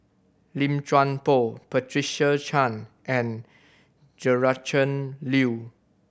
Lim Chuan Poh Patricia Chan and Gretchen Liu